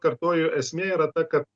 kartoju esmė yra ta kad